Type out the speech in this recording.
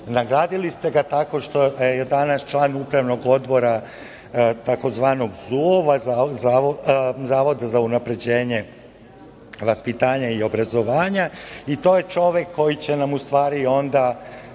Nagradili ste ga tako što je danas član Upravnog odbora tzv. Zavoda za unapređenje vaspitanja i obrazovanja i to je čovek koji će nam u stvari onda,